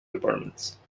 departments